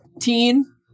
Teen